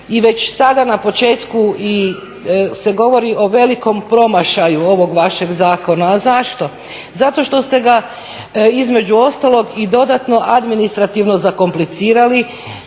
i već sada na početku i se govori o velikom promašaju ovog vašeg zakona. A zašto? Zato što ste ga između ostalog i dodatno administrativno zakomplicirali